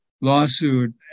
lawsuit